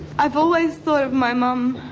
i've always thought of my mum